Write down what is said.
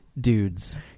dudes